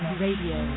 radio